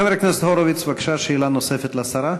חבר הכנסת הורוביץ, בבקשה, שאלה נוספת לשרה.